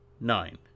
Nine